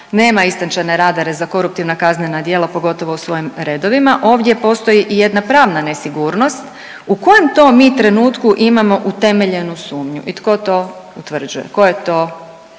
nema istančane radare za koruptivna kaznena djela pogotovo u svojim redovima. Ovdje postoji i jedna pravna nesigurnost u kojem to mi trenutku imamo utemeljenu sumnju i tko to utvrđuje? Koje je to